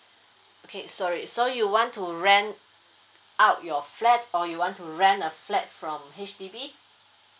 okay sorry so you want to rent out your flat or you want to rent a flat from H_D_B